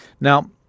Now